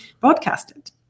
broadcasted